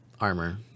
armor